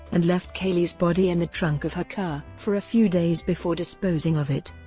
and left caylee's body in the trunk of her car for a few days before disposing of it.